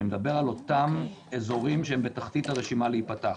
אני מדבר על אותם אזורים שהם בתחתית הרשימה להיפתח.